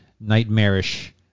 nightmarish